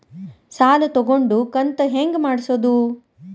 ಸಾಲ ತಗೊಂಡು ಕಂತ ಹೆಂಗ್ ಮಾಡ್ಸೋದು?